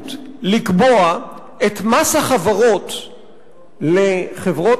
בהסתייגות לקבוע את מס החברות לחברות